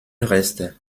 reste